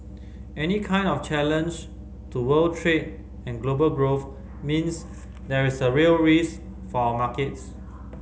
any kind of challenge to world trade and global growth means there is a real risk for our markets